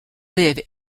live